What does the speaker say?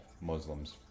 Muslims